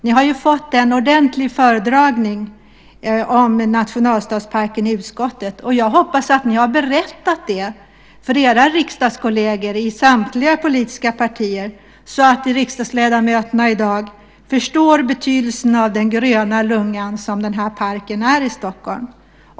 Ni har fått en ordentlig föredragning om nationalstadsparken i utskottet, och jag hoppas att ni berättat det för era riksdagskolleger i samtliga politiska partier så att riksdagsledamöterna i dag förstår betydelsen av den gröna lunga som parken är i Stockholm.